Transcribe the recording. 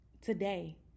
Today